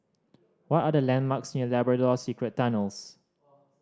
what are the landmarks near Labrador Secret Tunnels